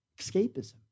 Escapism